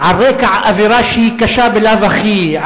על רקע אווירה שהיא קשה בלאו הכי,